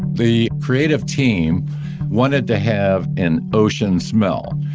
the creative team wanted to have an ocean smell.